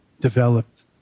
developed